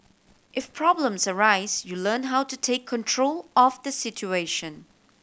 if problems arise you learn how to take control of the situation